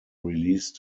released